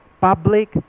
Public